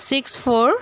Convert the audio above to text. six four